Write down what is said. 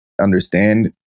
understand